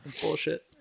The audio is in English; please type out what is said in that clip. Bullshit